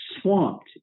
swamped